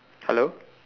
hello